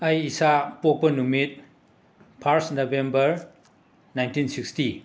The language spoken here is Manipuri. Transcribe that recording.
ꯑꯩ ꯏꯁꯥ ꯄꯣꯛꯄ ꯅꯨꯃꯤꯠ ꯐꯥꯔꯁ ꯅꯕꯦꯝꯕꯔ ꯅꯥꯏꯟꯇꯤꯟ ꯁꯤꯛꯁꯇꯤ